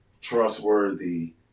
trustworthy